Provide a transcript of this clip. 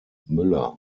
müller